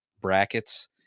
brackets